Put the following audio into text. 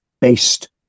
based